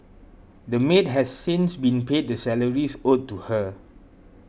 the maid has since been paid the salaries owed to her